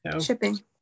Shipping